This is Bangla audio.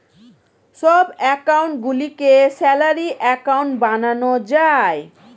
সব অ্যাকাউন্ট গুলিকে স্যালারি অ্যাকাউন্ট বানানো যায়